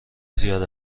زیاد